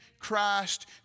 Christ